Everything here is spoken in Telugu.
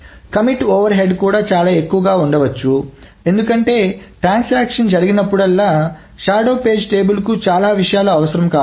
కమిట్ ఓవర్ హెడ్ కూడా చాలా ఎక్కువగా ఉండవచ్చు ఎందుకంటే ట్రాన్సాక్షన్ జరిగినప్పుడల్లా షాడో పేజీ టేబుల్ కు చాలా విషయాలు అవసరం కావచ్చు